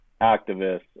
activists